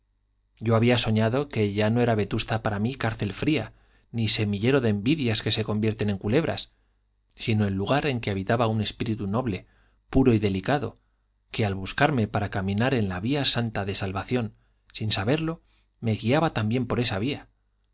yo había soñado que ya no era vetusta para mí cárcel fría ni semillero de envidias que se convierten en culebras sino el lugar en que habitaba un espíritu noble puro y delicado que al buscarme para caminar en la vía santa de salvación sin saberlo me guiaba también por esa vía